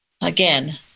again